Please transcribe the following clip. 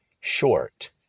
short